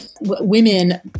women